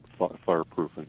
fireproofing